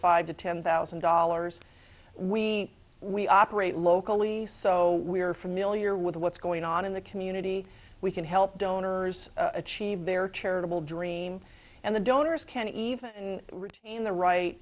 to ten thousand dollars we we operate locally so we are familiar with what's going on in the community we can help donors achieve their charitable dream and the donors can even reach in the right